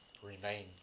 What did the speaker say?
remain